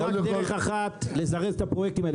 יש רק דרך אחת לזרז את הפרויקטים האלה.